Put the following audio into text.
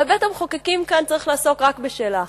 הרי בית-המחוקקים כאן צריך לעסוק רק בשאלה אחת: